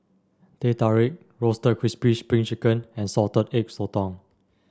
Teh Tarik Roasted Crispy Spring Chicken and Salted Egg Sotong